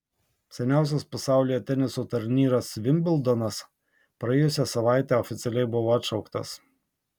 seniausias pasaulyje teniso turnyras vimbldonas praėjusią savaitę oficialiai buvo atšauktas